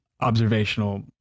observational